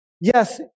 Yes